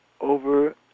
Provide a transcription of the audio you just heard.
over